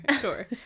sure